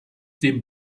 dem